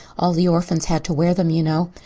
all the orphans had to wear them, you know.